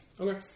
Okay